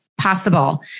possible